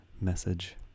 message